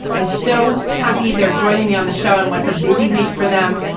i'm so happy they're joining me on the show and what's a busy week for them.